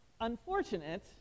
unfortunate